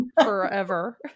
forever